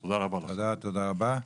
תודה, תודה רבה.